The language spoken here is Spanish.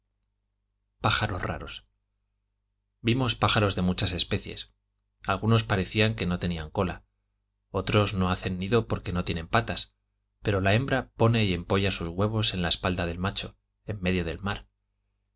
pájaros raros vimos pájaros de muchas especies algunos parecía que no tenían cola otros no hacen nido porque no tienen patas pero la hembra pone y empolla sus huevos en la espalda del macho en medio del mar y